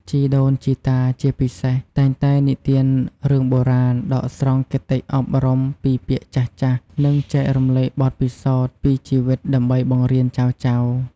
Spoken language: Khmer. ជីដូនជីតា ជាពិសេស តែងតែនិទានរឿងបុរាណ ដកស្រង់គតិអប់រំពីពាក្យចាស់ៗ និងចែករំលែកបទពិសោធន៍ជីវិតដើម្បីបង្រៀនចៅៗ។